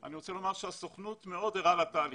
אני רוצה לומר שהסוכנות מאוד ערה לתהליכים.